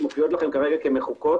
מופיעות לכם כרגע כמחוקות.